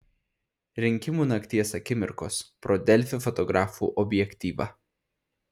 rinkimų nakties akimirkos pro delfi fotografų objektyvą